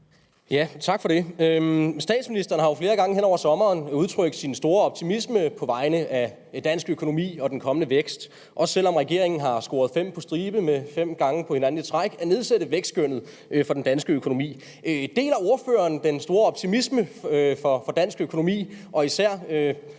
Tak for det. Statsministeren har jo flere gange hen over sommeren udtrykt sin store optimisme på vegne af dansk økonomi og den kommende vækst, også selv om regeringen har scoret fem på stribe ved fem gange i træk at nedsætte vækstskønnet for den danske økonomi. Deler ordføreren den store optimisme for dansk økonomi – især